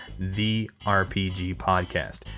therpgpodcast